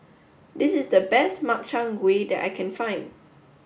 this is the best Makchang Gui that I can find